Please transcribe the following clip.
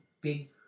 big